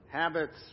Habits